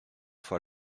fois